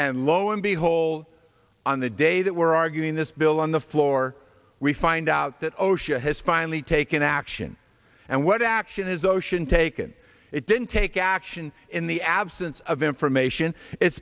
and lo and behold on the day that we're arguing this bill on the floor we find out that osha has finally taken action and what action is ocean taken it didn't take action in the absence of information it